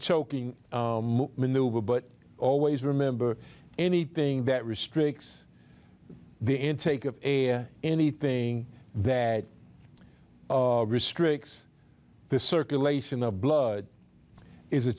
choking maneuver but always remember anything that restricts the intake of anything that restricts the circulation of blood is a